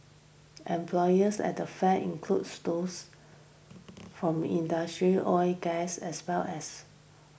employers at the fair include those from industry oil gas as well as